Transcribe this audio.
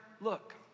look